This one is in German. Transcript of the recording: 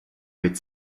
mit